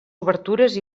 obertures